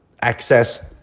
access